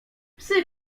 psy